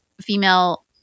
female